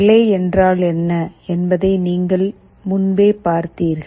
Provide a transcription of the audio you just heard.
relay என்றால் என்ன என்பதை நீங்கள் முன்பே பார்த்தீர்கள்